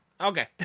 Okay